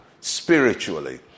spiritually